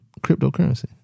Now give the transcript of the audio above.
cryptocurrency